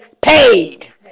paid